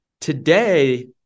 Today